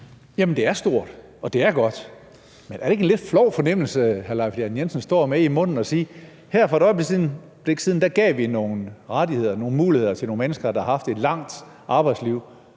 Jamen det er stort, og det er godt. Men er det ikke en lidt flov fornemmelse, hr. Leif Lahn Jensen står med i munden, efter her for et øjeblik siden at have givet nogle rettigheder, nogle muligheder til nogle mennesker, der har haft et langt arbejdsliv.